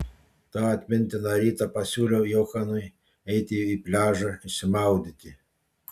tą atmintiną rytą pasiūliau johanui eiti į pliažą išsimaudyti